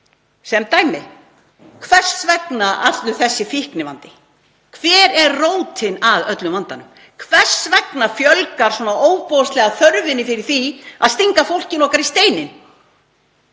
sem dæmi. Hvers vegna er allur þessi fíknivandi? Hver er rótin að öllum vandanum? Hvers vegna eykst svona ofboðslega þörfin fyrir það að stinga fólkinu okkar í steininn?